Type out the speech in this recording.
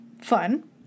fun